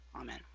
Amen